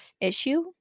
issue